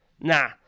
Nah